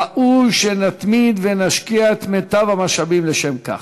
ראוי שנתמיד ונשקיע את מיטב המשאבים לשם כך.